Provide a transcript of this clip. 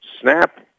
Snap